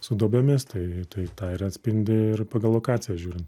su duobėmis tai tai tą ir atspindi ir pagal lokaciją žiūrint